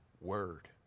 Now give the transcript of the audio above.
word